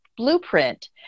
blueprint